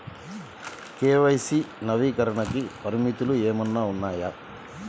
KYC నవీకరణకి పరిమితులు ఏమన్నా ఉన్నాయా?